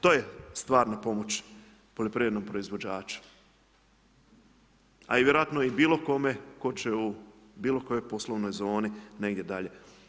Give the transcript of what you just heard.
To je stvarna pomoć poljoprivrednom proizvođaču, a i vjerojatno i bilo kome tko će u bilo kojoj poslovnoj zoni negdje dalje.